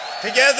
Together